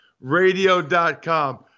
radio.com